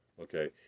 Okay